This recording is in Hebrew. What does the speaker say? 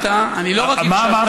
כשדיברת, אני לא רק הקשבתי, מה אמרתי?